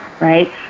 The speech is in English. right